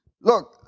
Look